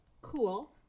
Cool